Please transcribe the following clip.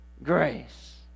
grace